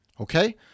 Okay